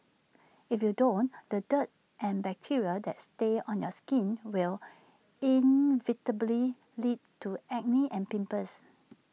if you don't want the dirt and bacteria that stays on your skin will inevitably lead to acne and pimples